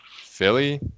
Philly